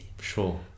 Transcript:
sure